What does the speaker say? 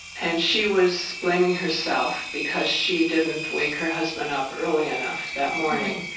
and she was blaming herself because she didn't wake her husband up early enough that morning.